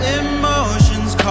emotions